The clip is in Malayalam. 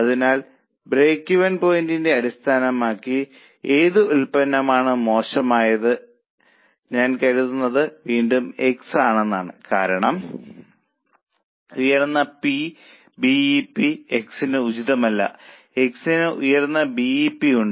അതിനാൽ ബ്രേക്ക്ഈവൻ പോയിന്റിനെ അടിസ്ഥാനമാക്കി ഏത് ഉൽപ്പന്നമാണ് മോശമായത് ഞാൻ കരുതുന്നത് വീണ്ടും X ആണെന്നാണ് കാരണം ഉയർന്ന P B E P X ന് ഉചിതമല്ല X ന് ഉയർന്ന ബി ഇ പി ഉണ്ട്